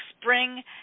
spring